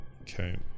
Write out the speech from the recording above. Okay